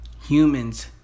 Humans